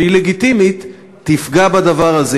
שהיא לגיטימית, תפגע בדבר הזה.